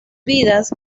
vidas